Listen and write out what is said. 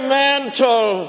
mantle